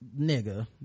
nigga